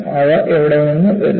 അവ എവിടെ നിന്ന് വരുന്നു